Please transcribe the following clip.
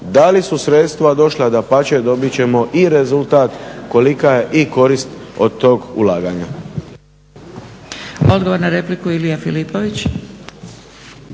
da li su sredstva došla, dapače dobit ćemo i rezultat kolika je i korist od tog ulaganja.